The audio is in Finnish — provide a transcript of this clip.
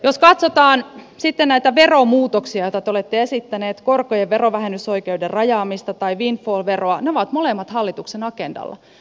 jos katsotaan sitten näitä veromuutoksia joita te olette esittäneet korkojen verovähennysoikeuden rajaamista tai windfall veroa ne ovat molemmat hallituksen agendalla